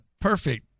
perfect